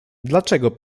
dlaczego